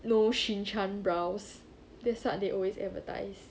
no she chant brows that's what they always advertise